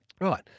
Right